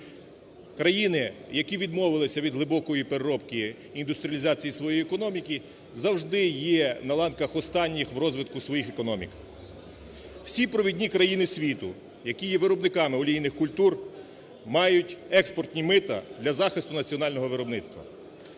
Країни, які відмовились від глибокої переробки, індустріалізації своєї економіки, завжди є на ланках останніх в розвитку своїх економік. Всі провідні країни світу, які є виробниками олійних культур, мають експортні мита для захисту національного виробництва.